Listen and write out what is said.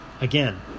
again